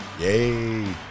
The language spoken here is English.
yay